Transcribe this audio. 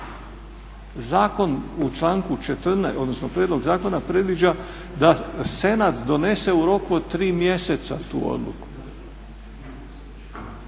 Zakon u članku 14., odnosno prijedlog zakona predviđa da senat donese u roku od 3 mjeseca tu odluku.